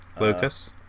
Lucas